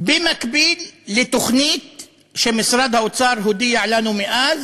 במקביל לתוכנית שמשרד האוצר הודיע לנו אז